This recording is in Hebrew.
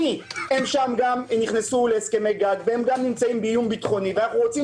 כי הם נכנסו להסכמי גג והם גם נמצאים באיום ביטחוני ואנחנו רוצים